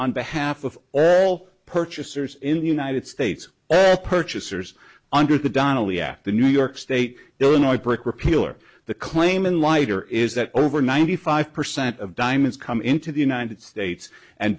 on behalf of all purchasers in the united states purchasers under the donnelly act the new york state illinois brick repeal or the claim in lighter is that over ninety five percent of diamonds come into the united states and